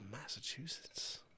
Massachusetts